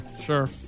Sure